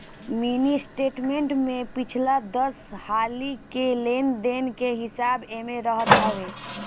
mini statement में पिछला दस हाली के लेन देन के हिसाब एमे रहत हवे